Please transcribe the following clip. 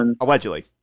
Allegedly